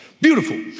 Beautiful